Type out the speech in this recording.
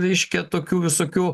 reiškia tokių visokių